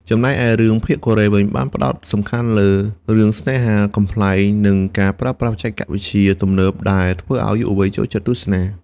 ចំណែកឯរឿងភាគកូរ៉េវិញបានផ្តោតសំខាន់លើរឿងស្នេហា កំប្លែង និងការប្រើប្រាស់បច្ចេកវិទ្យាទំនើបដែលធ្វើឲ្យយុវវ័យចូលចិត្តទស្សនា។